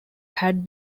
had